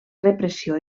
repressió